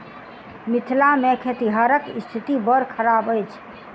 मिथिला मे खेतिहरक स्थिति बड़ खराब अछि